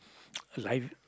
life